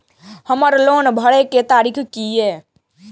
हमर लोन भरय के तारीख की ये?